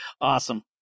Awesome